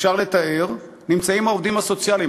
שאפשר לתאר נמצאים העובדים הסוציאליים.